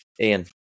Ian